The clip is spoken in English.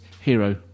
hero